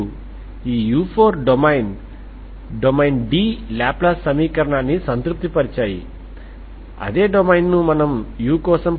ఈ Sturm Liouville సమస్యకు పరిష్కారాలు ΦѰ ∶ 0LΦѰdx